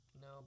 No